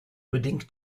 bedingt